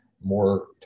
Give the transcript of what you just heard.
more